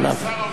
גם שר האוצר,